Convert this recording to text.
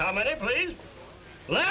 how many please let